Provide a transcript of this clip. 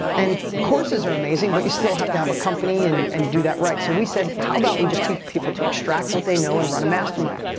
and courses are amazing but you still have to have a company and and do that right. so we said, how about we just teach people to extract what they know and run a mastermind?